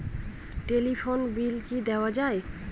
Telephone bill কি দেওয়া যায়?